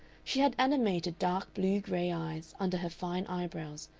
she had animated dark blue-gray eyes under her fine eyebrows,